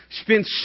spent